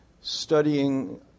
studying